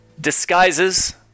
disguises